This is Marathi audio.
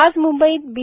आज मुंबईत बी